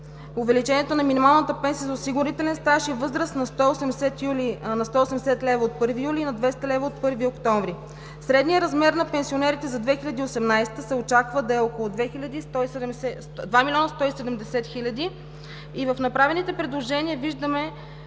увеличенията на минималната пенсия за осигурителен стаж и възраст на 180 лв. от 1 юли и на 200 лв. от 1 октомври. Средният размер на пенсионерите за 2018 г. се очаква да е около 2 милиона 170 хиляди и в направените предложения виждаме